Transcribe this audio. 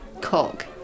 cock